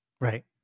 Right